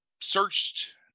searched